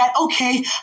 okay